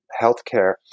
healthcare